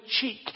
cheek